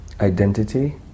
identity